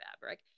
fabric